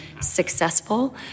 successful